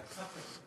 תספר לנו.